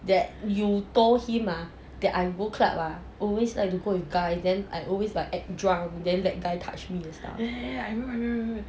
that you told him ah that I go club ah always like to go with guys then I always like act drunk then that guy touched me and stuff